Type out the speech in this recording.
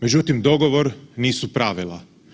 Međutim, dogovor nisu pravila.